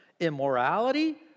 immorality